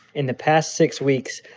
in the past six weeks,